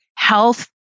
health